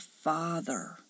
father